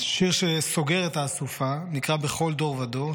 השיר שסוגר את האסופה נקרא "בכל דור ודור",